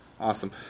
awesome